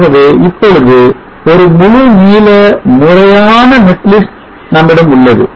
ஆகவே இப்பொழுது ஒரு முழுநீள முறையான netlist நம்மிடம் உள்ளது